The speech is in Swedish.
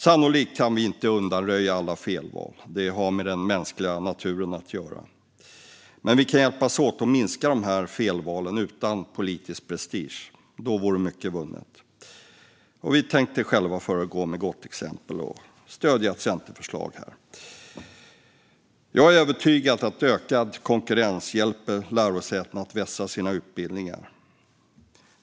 Sannolikt kan vi inte undanröja alla felval; det har med den mänskliga naturen att göra. Men vi kan hjälpas åt att minska dessa felval utan politisk prestige. Då vore mycket vunnet. Vi tänker själva föregå med gott exempel och stödja ett centerförslag här. Jag är övertygad om att ökad konkurrens hjälper lärosätena att vässa sina utbildningar.